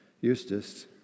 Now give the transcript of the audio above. Eustace